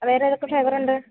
വേറെ ഏതൊക്കെ ഫ്ലേവറുണ്ട്